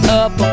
up